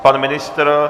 Pan ministr?